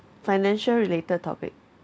financial related topic